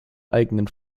eigenen